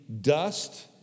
dust